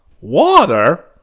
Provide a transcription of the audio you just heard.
Water